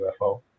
UFO